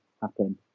happen